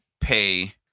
pay